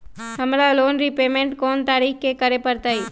हमरा loan repayment कोन तारीख के करे के परतई?